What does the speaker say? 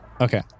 Okay